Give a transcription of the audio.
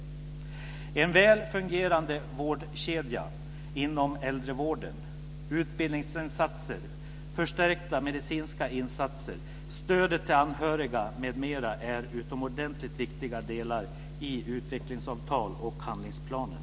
En väl fungerande vårdkedja inom äldrevården, utbildningsinsatser, förstärkta medicinska insatser, stödet till anhöriga m.m. är utomordentligt viktiga delar i utvecklingsavtal och handlingsplanen.